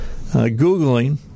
googling